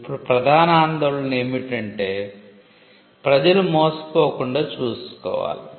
ఇప్పుడు ప్రధాన ఆందోళన ఏమిటంటే ప్రజలు మోసపోకుండా చూసుకోవాలి